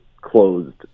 closed